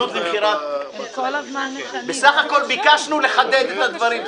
בסך הכול ביקשנו לחדד את הדברים.